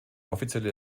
offizielle